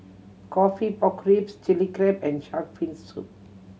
coffee pork ribs Chilli Crab and shark fin soup